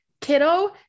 kiddo